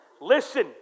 Listen